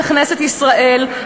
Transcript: בכנסת ישראל,